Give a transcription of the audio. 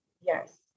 Yes